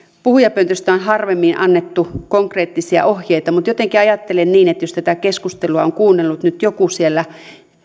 puhujapöntöstä on harvemmin annettu konkreettisia ohjeita mutta jotenkin ajattelen niin että jos tätä keskustelua on kuunnellut nyt joku siellä